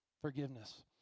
Forgiveness